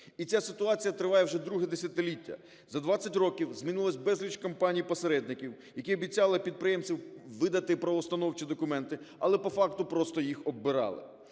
і ця ситуація триває уже друге десятиліття. За 20 років змінилося безліч компаній-посередників, які обіцяли підприємцям видати правоустановчі документи, але по факту їх оббирали.